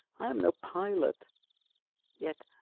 i am no pilot yet,